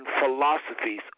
philosophies